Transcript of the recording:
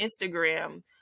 Instagram